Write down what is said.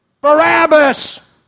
Barabbas